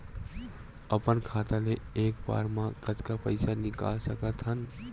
अपन खाता ले एक बार मा कतका पईसा निकाल सकत हन?